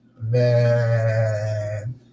Man